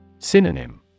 Synonym